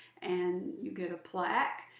and you get a plaque,